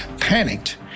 panicked